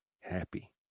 happy